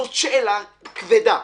זאת שאלה כבדה.